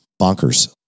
bonkers